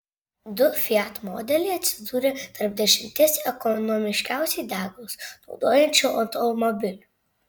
du fiat modeliai atsidūrė tarp dešimties ekonomiškiausiai degalus naudojančių automobilių